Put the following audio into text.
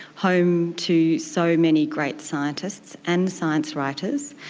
home to so many great scientists and science writers,